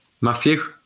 Matthew